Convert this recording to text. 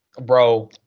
Bro